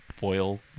boil